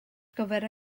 gyfer